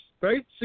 right